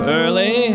early